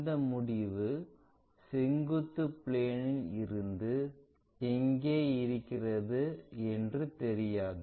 இந்த முடிவு செங்குத்து பிளேன் இல் இருந்து எங்கே இருக்கிறது என்று தெரியாது